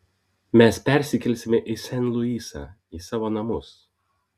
mes persikelsime į sen luisą į savo namus